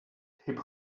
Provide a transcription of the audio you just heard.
hip